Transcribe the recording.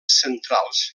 centrals